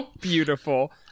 beautiful